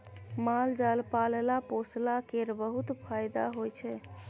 माल जाल पालला पोसला केर बहुत फाएदा होइ छै